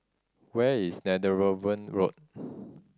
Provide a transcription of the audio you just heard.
where is Netheravon Road